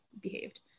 behaved